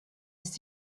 ist